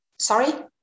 Sorry